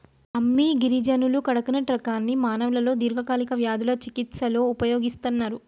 అమ్మి గిరిజనులు కడకనట్ రకాన్ని మానవులలో దీర్ఘకాలిక వ్యాధుల చికిస్తలో ఉపయోగిస్తన్నరు